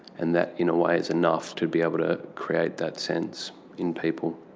and that in a way is enough to be able to create that sense in people.